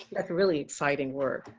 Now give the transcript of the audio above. like really exciting work.